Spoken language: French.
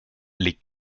les